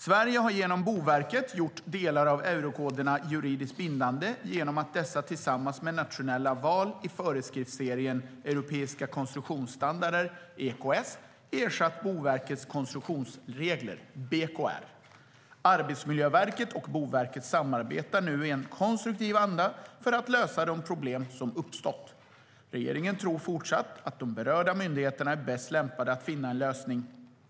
Sverige har genom Boverket gjort delar av eurokoderna juridiskt bindande genom att dessa tillsammans med nationella val i föreskriftsserien Europeiska konstruktionsstandarder, EKS, har ersatt Boverkets konstruktionsregler, BKR. Arbetsmiljöverket och Boverket samarbetar nu i en konstruktiv anda för att lösa de problem som uppstått. Regeringen tror fortsatt att de berörda myndigheterna är bäst lämpade att finna en lösning.